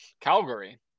Calgary